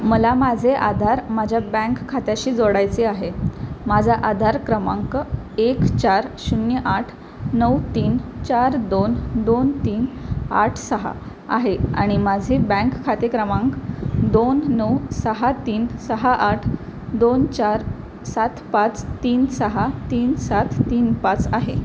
मला माझे आधार माझ्या बँक खात्याशी जोडायचे आहे माझा आधार क्रमांक एक चार शून्य आठ नऊ तीन चार दोन दोन तीन आठ सहा आहे आणि माझे बँक खाते क्रमांक दोन नऊ सहा तीन सहा आठ दोन चार सात पाच तीन सहा तीन सात तीन पाच आहे